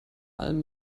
allem